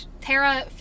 Tara